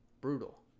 Brutal